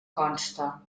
consta